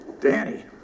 Danny